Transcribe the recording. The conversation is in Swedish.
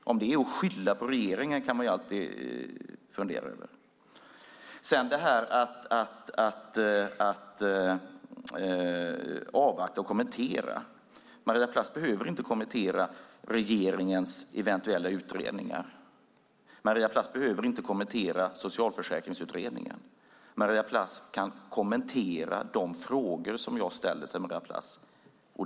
Om det är att skylla på regeringen kan man alltid fundera över. Sedan till detta med att avvakta och att kommentera. Maria Plass behöver inte kommentera regeringens eventuella utredningar. Maria Plass behöver inte kommentera Socialförsäkringsutredningen. Maria Plass kan däremot kommentera de frågor som jag ställer till henne.